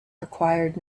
required